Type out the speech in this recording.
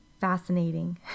fascinating